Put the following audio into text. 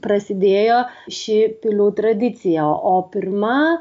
prasidėjo ši pilių tradicija o pirma